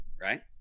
right